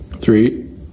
three